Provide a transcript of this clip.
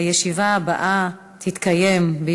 הישיבה הבאה תתקיים